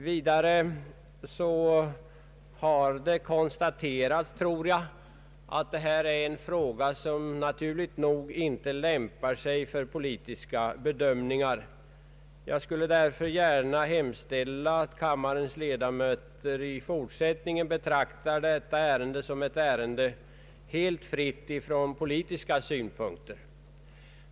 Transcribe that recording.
Vidare har det konstaterats att denna fråga naturligt nog inte lämpar sig för partipolitiska bedömningar, och jag skulle därför vilja hemställa att kammarens ledamöter i fortsättningen betraktar detta ärende som helt fritt från partipolitiska synpunkter.